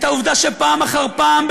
את העובדה שפעם אחר פעם,